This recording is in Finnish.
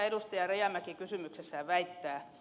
rajamäki kysymyksessään väittää